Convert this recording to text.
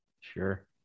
Sure